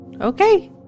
Okay